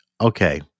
Okay